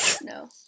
No